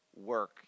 work